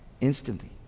instantly